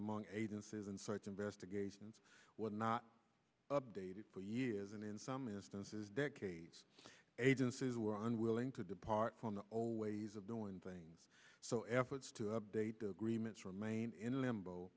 among agencies and such investigations were not updated for years and in some instances decades agencies were unwilling to depart from the old ways of doing things so efforts to update the agreements remain in limbo